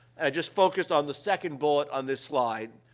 i just focused on the second bullet on this slide.